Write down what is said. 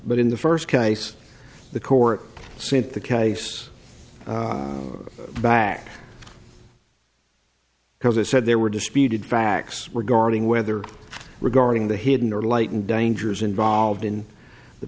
but in the first case the court sent the case back because it said there were disputed facts regarding whether regarding the hidden or lightened dangers involved